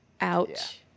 Ouch